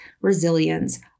resilience